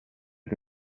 che